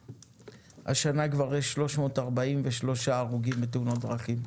השנה כבר יש 343 הרוגים בתאונות דרכים.